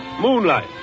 Moonlight